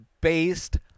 based